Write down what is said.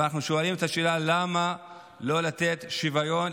ואנחנו שואלים את השאלה: למה לא לתת שוויון,